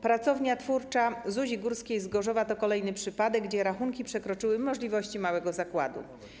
Pracownia Twórcza Zuzi Górskiej z Gorzowa to kolejny przypadek, w którym rachunki przekroczyły możliwości małego zakładu.